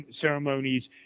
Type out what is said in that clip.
ceremonies